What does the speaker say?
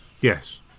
Yes